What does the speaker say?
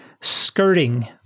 skirting